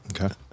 Okay